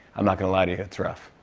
i'm not gonna lie to you it's rough.